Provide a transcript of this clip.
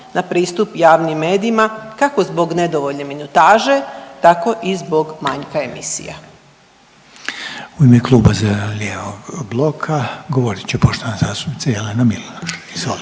na pristup javnim medijima kako zbog nedovoljne minutaže, tako i zbog manjka emisija.